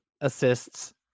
assists